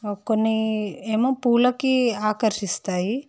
ఒక కొన్ని ఏమో పూలకుఆకర్షిస్తాయి